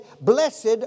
Blessed